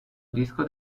disco